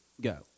go